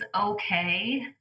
okay